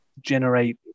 generate